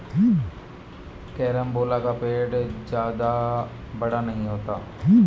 carambola का पेड़ जादा बड़ा नहीं होता